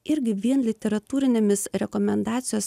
irgi vien literatūrinėmis rekomendacijos